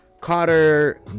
Carter